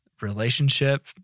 relationship